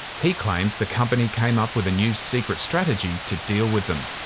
he claims the company came up with a new secret strategy to deal with them.